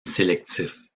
sélectif